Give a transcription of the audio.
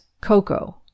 cocoa